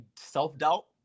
self-doubt